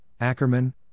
Ackerman